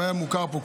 והיה מוכר פה,